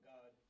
God